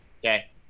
Okay